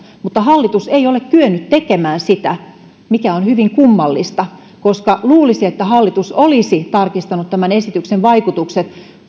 mutta hallitus ei ole kyennyt tekemään sitä mikä on hyvin kummallista koska luulisi että hallitus olisi tarkistanut tämän esityksen vaikutukset